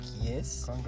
yes